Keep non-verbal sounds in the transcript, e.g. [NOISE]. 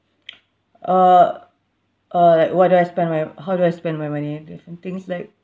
[NOISE] uh uh like what do I spend my how do I spend my money different things like